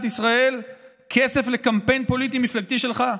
ישראל כסף לקמפיין פוליטי-מפלגתי שלך?